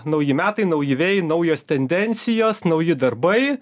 nauji metai nauji vėjai naujos tendencijos nauji darbai